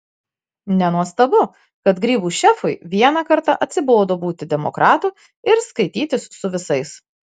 nenuostabu kad grybų šefui vieną kartą atsibodo būti demokratu ir skaitytis su visais